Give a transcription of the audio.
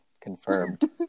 confirmed